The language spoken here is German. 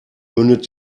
mündet